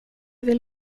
vill